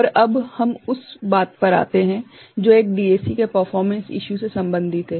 तो अब हम उस बात पर आते हैं जो एक डीएसी के परफॉर्मेंस इश्यू से संबंधित है